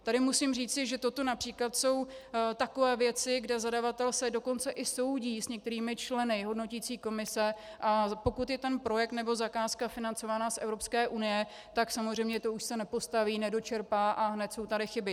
Tady musím říct, že toto například jsou takové věci, kde zadavatel se dokonce i soudí s některými členy hodnoticí komise, a pokud je projekt nebo zakázka financována z Evropské unie, tak samozřejmě to už se nepostaví, nedočerpá a hned jsou tady chyby.